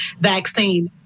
vaccine